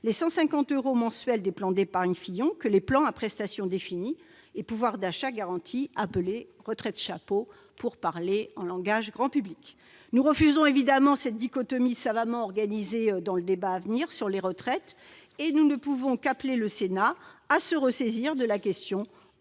les 150 euros mensuels des plans d'épargne « Fillon » que les plans à prestations définies et pouvoir d'achat garanti, appelés « retraites chapeau » en français grand public. Nous refusons évidemment cette dichotomie savamment organisée dans le débat sur les retraites et nous ne pouvons qu'appeler le Sénat à se saisir de la question, en